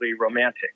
romantic